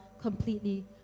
completely